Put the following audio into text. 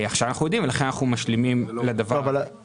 עכשיו אנחנו יודעים ולכן אנחנו משלימים לדבר הזה.